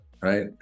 right